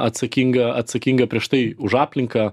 atsakinga atsakinga prieš tai už aplinką